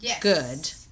good